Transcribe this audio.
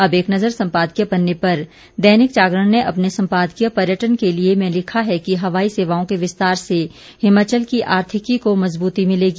अब एक नज़र सम्पादकीय पन्ने पर दैनिक जागरण अपने सम्पादकीय पर्यटन के लिये में लिखा है कि हवाई सेवाओं के विस्तार से हिमाचल की आर्थिकी को मजबूती मिलेगी